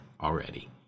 already